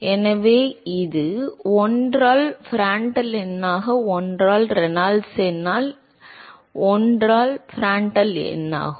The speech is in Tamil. எனவே இது 1 ஆல் பிராண்டால் எண்ணாக 1 ஆல் ரேனால்ட்ஸ் எண்ணால் இது 1 ஆல் பிராண்டால் எண்ணாகும்